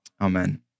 Amen